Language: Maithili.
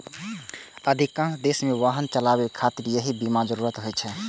अधिकांश देश मे वाहन चलाबै खातिर एहि बीमा के जरूरत होइ छै